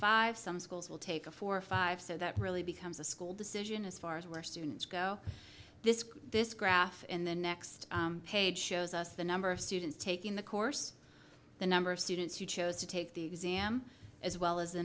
five some schools will take a four or five so that really becomes a school decision as far as where students go this this graph in the next page shows us the number of students taking the course the number of students who chose to take the exam as well as the